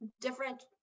different